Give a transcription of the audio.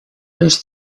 los